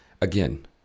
again